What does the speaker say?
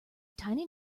tiny